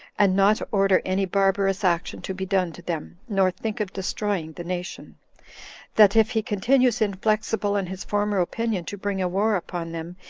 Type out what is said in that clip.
and not order any barbarous action to be done to them, nor think of destroying the nation that if he continues inflexible in his former opinion to bring a war upon them,